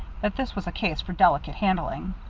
that this was a case for delicate handling.